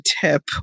tip